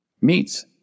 meats